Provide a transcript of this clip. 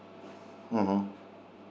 mm hmm